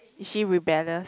is she rebellious